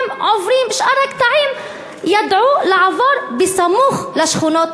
בשאר הקטעים ידעו לעבור בסמוך לשכונות